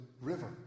river